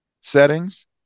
settings